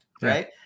right